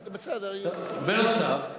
בסדר, בנוסף,